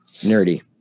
nerdy